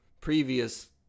previous